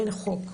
אין חוק.